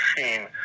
machine